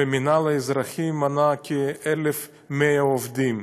והמינהל האזרחי מנה כ-1,100 עובדים.